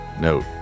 Note